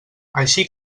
així